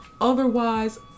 Otherwise